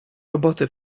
roboty